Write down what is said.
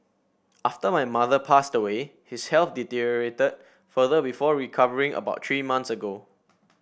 after my mother passed away his health deteriorated further before recovering about three months ago